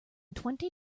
twenty